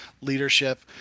leadership